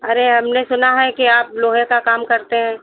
अरे हमने सुना है कि आप लोहे का काम करते हैं